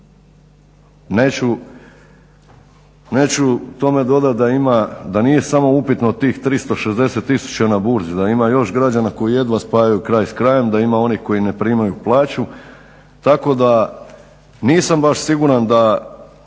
Neću tome dodati da ima, da nije samo upitno tih 360000 na burzi, da ima još građana koji jedva spajaju kraj s krajem, da ima onih koji ne primaju plaću tako da nisam baš siguran da